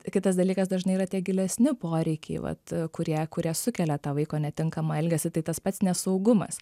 kitas dalykas dažnai yra tie gilesni poreikiai vat kurie kurie sukelia tą vaiko netinkamą elgesį tai tas pats nesaugumas